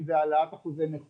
אם זו העלאת אחוזי הנכות.